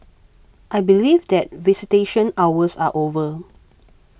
I believe that visitation hours are over